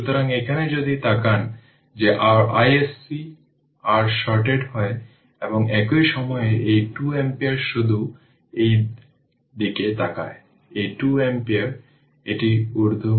সুতরাং এই প্লট তাই আমি এটি ব্যাখ্যা করেছি i t I0 e এর পাওয়ার t τ